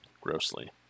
Grossly